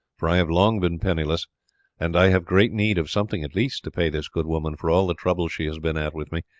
for i have long been penniless and i have great need of something at least to pay this good woman for all the trouble she has been at with me,